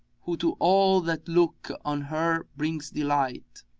who to all that look on her brings delight.